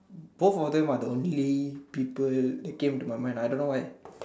both of them are the only people who came to my mind